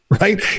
right